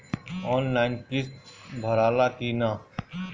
Online किस्त भराला कि ना?